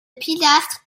pilastres